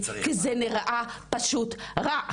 כי זה נראה פשוט רע.